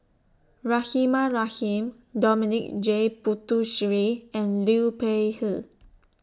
Rahimah Rahim Dominic J Puthucheary and Liu Peihe